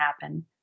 happen